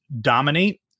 dominate